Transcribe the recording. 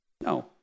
No